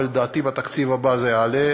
ולדעתי בתקציב הבא זה יעלה,